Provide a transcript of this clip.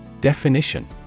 Definition